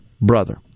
brother